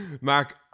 Mark